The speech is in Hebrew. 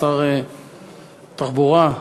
שר התחבורה,